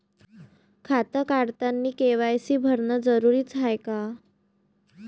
खातं काढतानी के.वाय.सी भरनं जरुरीच हाय का?